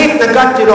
אני התנגדתי לו,